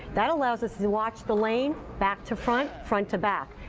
that allows us to watch the lane, back to front, front to back.